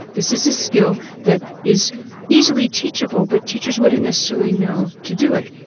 this is a skill that is easily teachable but teachers wouldn't necessarily know to do it.